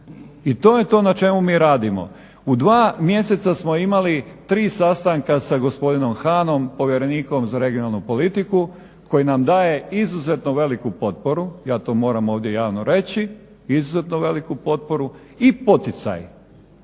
I to je to na čemu mi radimo, u 2 mjeseca smo imali 3 sastanka sa gospodinom Hannom, povjerenikom za regionalnu politiku koji nam daje izuzetno veliku potporu, ja to moram ovdje javno reći, izuzetno veliku potporu i poticaj.